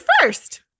first